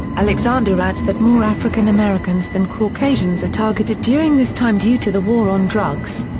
alexander adds that more african americans than caucasians are targeted during this time due to the war on drugs.